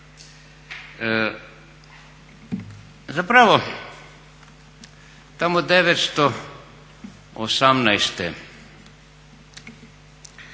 Zapravo, tamo 1918.smo